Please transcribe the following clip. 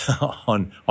on